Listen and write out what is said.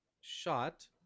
shot